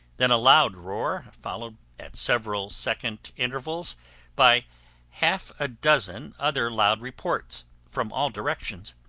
then a loud roar, followed at several second intervals by half a dozen other loud reports, from all directions.